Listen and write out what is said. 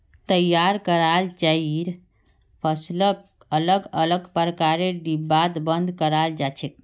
तैयार कराल चाइर फसलक अलग अलग प्रकारेर डिब्बात बंद कराल जा छेक